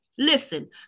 Listen